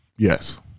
yes